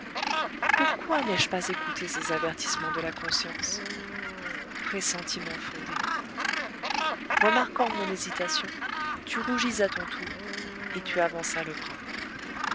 pourquoi n'ai-je pas écouté ces avertissements de la conscience pressentiments fondés remarquant mon hésitation tu rougis à ton tour et tu avanças le bras